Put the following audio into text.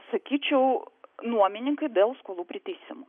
sakyčiau nuomininkai dėl skolų priteisimo